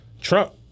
Trump